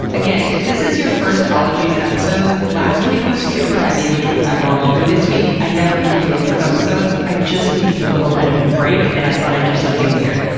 again, if this is your first ologies episode, last week was super heavy, which was abnormal. and this week, i never do field trip episodes. i just needed a little bit of a break and i thought i'd do something weird.